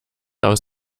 aus